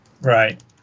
Right